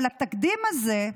אבל התקדים הזה,